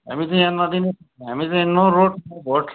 हामी त यहाँ नदिने हामी त यहाँ नो रोड नो भोट